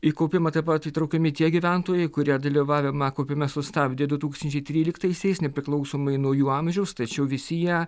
į kaupimą taip pat įtraukiami tie gyventojai kurie dalyvavimą kaupime sustabdė du tūkstančiai tryliktaisiais nepriklausomai nuo jų amžiaus tačiau visi jie